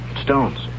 Stones